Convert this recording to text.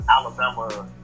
Alabama